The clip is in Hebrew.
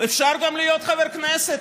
אפשר להיות גם חבר כנסת,